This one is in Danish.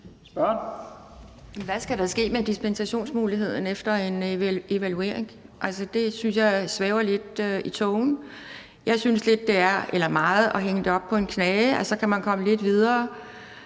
hvad skal der ske med dispensationsmuligheden efter en evaluering? Altså, det synes jeg svæver lidt i luften. Jeg synes, at det meget er at hænge det op på en knage, og så kan man komme lidt videre,